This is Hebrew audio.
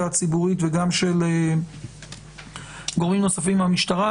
הציבורית וגם של גורמים נוספים מהמשטרה.